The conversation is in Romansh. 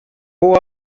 buc